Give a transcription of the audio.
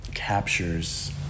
captures